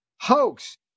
hoax